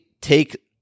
take